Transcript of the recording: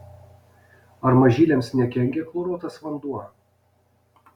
ar mažyliams nekenkia chloruotas vanduo